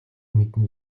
мэднэ